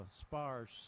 sparse